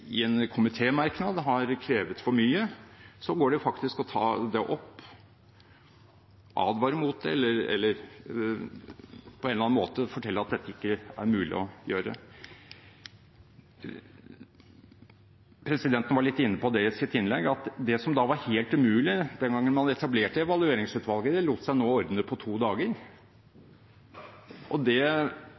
i en komitémerknad har krevet for mye, går det faktisk an å ta det opp, advare mot det eller på en eller annen måte fortelle at dette ikke er mulig å gjøre. Presidenten var litt inne på i sitt innlegg at det som var helt umulig den gangen man etablerte Evalueringsutvalget, lot seg nå ordne på to dager. Og det